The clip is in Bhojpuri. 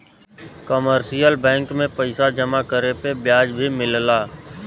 कमर्शियल बैंक में पइसा जमा करे पे ब्याज भी मिलला